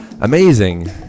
Amazing